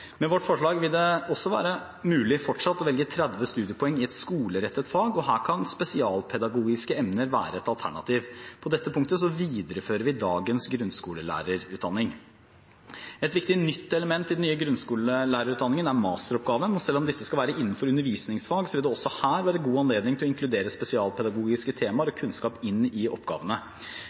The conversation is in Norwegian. Med vårt forslag vil det også være mulig fortsatt å velge 30 studiepoeng i et skolerettet fag, og her kan spesialpedagogiske emner være et alternativ. På dette punktet viderefører vi dagens grunnskolelærerutdanning. Et viktig nytt element i den nye grunnskolelærerutdanningen er masteroppgaven. Selv om disse skal være innenfor undervisningsfag, vil det også her være god anledning til å inkludere spesialpedagogiske temaer og kunnskap i oppgavene.